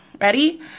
ready